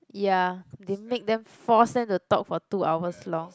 ya they make them force them to talk for two hours long